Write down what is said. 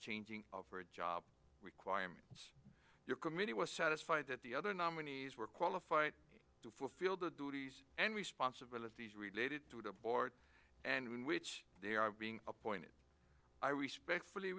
changing for a job requirement your committee was satisfied that the other nominees were qualified to fulfill the duties and responsibilities related to the board and which they are being appointed i respect f